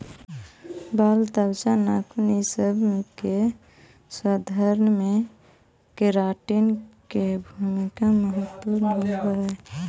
बाल, त्वचा, नाखून इ सब के संवर्धन में केराटिन के भूमिका महत्त्वपूर्ण होवऽ हई